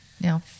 Now